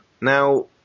Now